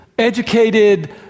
educated